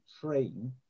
train